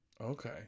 Okay